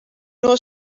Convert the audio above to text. know